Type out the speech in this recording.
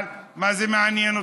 אבל מה זה מעניין אתכם?